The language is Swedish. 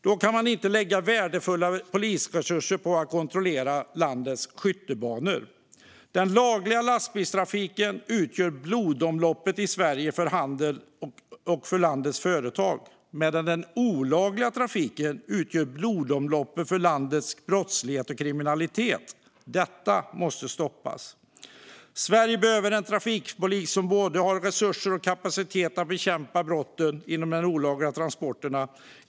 Då kan man inte lägga värdefulla polisresurser på att kontrollera landets skyttebanor. Den lagliga lastbilstrafiken utgör blodomloppet i Sverige för handel och för landets företag, medan den olagliga trafiken utgör ett blodomlopp för landets brottslighet och kriminalitet. Detta måste stoppas. Sverige behöver en trafikpolis som har både resurser och kapacitet att bekämpa brotten inom de olagliga transporterna.